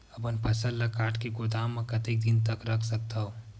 अपन फसल ल काट के गोदाम म कतेक दिन तक रख सकथव?